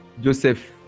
Joseph